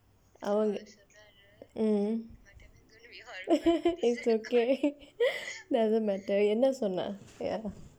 அவர்:avar it's okay doesn't matter என்னா சொன்னா:ennaa sonnaa